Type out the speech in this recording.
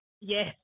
Yes